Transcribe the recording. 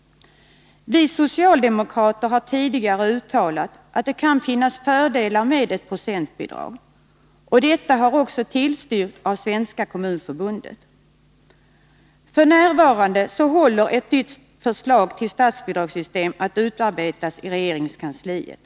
Vi socialdemokrater har tidigare uttalat att det kan finnas fördelar med procentbidrag. Detta har också tillstyrkts av Svenska kommunförbundet. F. n. håller ett förslag till statsbidragssystem på att utarbetas i regeringskansliet.